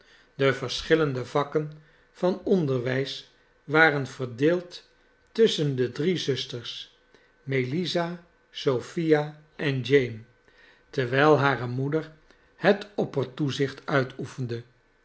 de verschillende vakken van onderwijs waren verdeeld tusschen de drie zusters melissa sophia en jane terwijl hare moeder het oppertoezicht uitoefende